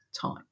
time